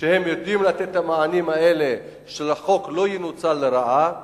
שהם יודעים לתת את המענים האלה כדי שהחוק לא ינוצל לרעה,